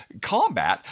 combat